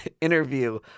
interview